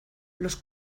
los